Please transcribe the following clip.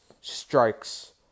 strikes